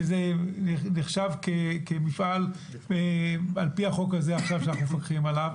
שזה נחשב כמפעל על פי החוק הזה עכשיו שאנחנו מפקחים עליו,